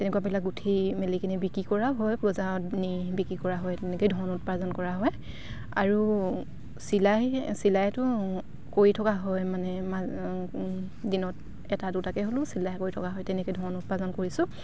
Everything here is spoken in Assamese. তেনেকুৱাবিলাক গুঠি মেলি কিনে বিক্ৰী কৰাও হয় বজাৰত নি বিক্ৰী কৰা হয় তেনেকৈয়ে ধন উপাৰ্জন কৰা হয় আৰু চিলাই চিলাইটো কৰি থকা হয় মানে দিনত এটা দুটাকৈ হ'লেও চিলাই কৰি থকা হয় তেনেকৈ ধন উপাৰ্জন কৰিছোঁ